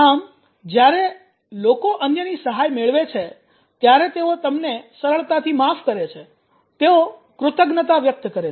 આમ જ્યારે લોકો અન્યની સહાય મેળવે છે ત્યારે તેઓ તમને સરળતાથી માફ કરે છે તેઓ કૃતજ્ઞતા વ્યક્ત કરે છે